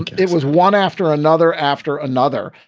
it was one after another after another.